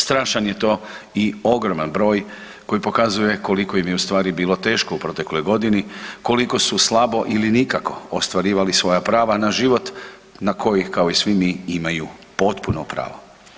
Strašan je to i ogroman broj koji pokazuje koliko im je ustvari bilo teško u protekloj godini, koliko su slabo ili nikako ostvarivali svoja prava na život na koji kao i svi mi imaju potpuno pravo.